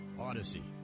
Odyssey